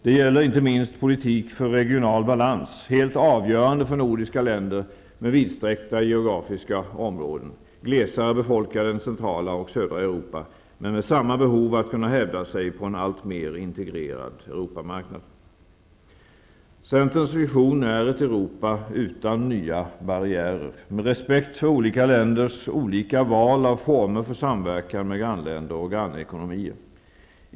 Det gäller inte minst en politik för regional balans -- något som är helt avgörande för nordiska länder med vidsträckta geografiska områden som är glesare befolkade än centrala och södra Europa, men som har samma behov av att kunna hävda sig på en alltmer integrerad Centerns vision är ett Europa utan nya barriärer -- med respekt för olika länders olika val av former för samverkan med grannländer och grannekonomier.